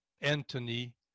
Anthony